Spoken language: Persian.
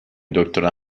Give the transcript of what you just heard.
دکترا